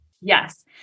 Yes